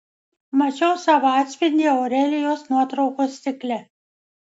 mačiau savo atspindį aurelijos nuotraukos stikle